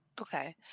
Okay